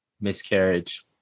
miscarriage